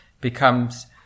becomes